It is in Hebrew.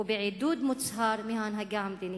ובעידוד מוצהר מההנהגה המדינית.